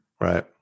Right